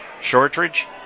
Shortridge